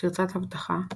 פרצת אבטחה